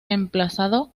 emplazado